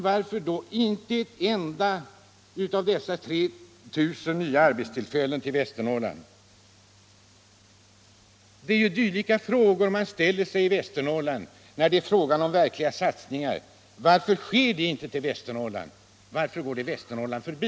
Varför ges då inte ett enda av dessa 3 000 nya arbetstillfällen till Västernorrland? Det är dylika frågor man ställer sig i Västernorrland när det är fråga om verkliga satsningar. Varför sker de aldrig i Västernorrland? Varför går de Västernorrland förbi?